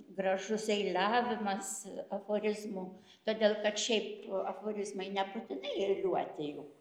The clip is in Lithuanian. gražus eiliavimas aforizmų todėl kad šiaip aforizmai nebūtinai eiliuoti juk